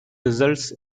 results